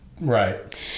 right